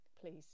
please